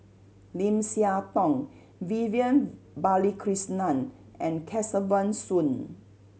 Lim Siah Tong Vivian Balakrishnan and Kesavan Soon